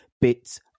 bits